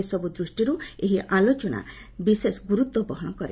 ଏ ସବୁ ଦୃଷ୍ଟିରୁ ଏହି ଆଲୋଚନା ବିଶେଷ ଗୁର୍ତ୍ୱ ବହନ କରେ